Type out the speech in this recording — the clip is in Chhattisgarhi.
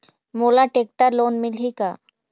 मोला टेक्टर लोन मिलही का?